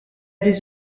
des